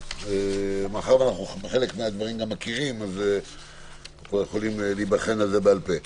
מאחר שחלק מהדברים אנחנו מכירים יכולים להיבחן על זה בעל פה.